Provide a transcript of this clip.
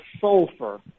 sulfur